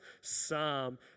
psalm